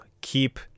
keep